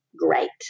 great